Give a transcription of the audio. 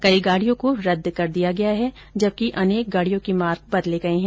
कई गाड़ियों को रद्द कर दिया गया है जबकि अनेक गाड़ियों के मार्ग बदले गए है